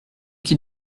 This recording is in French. qui